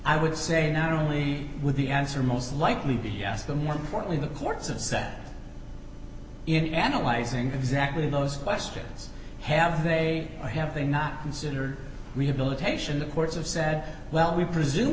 i would say not only would the answer most likely be yes the more importantly the courts have set in analyzing exactly those questions have they have they not considered rehabilitation the courts have said well we presume